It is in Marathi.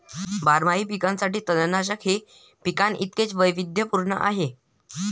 बारमाही पिकांसाठी तणनाशक हे पिकांइतकेच वैविध्यपूर्ण आहे